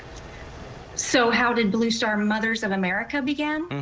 so how did blue star mothers of america begin?